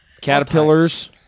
Caterpillars